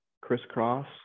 crisscross